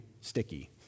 sticky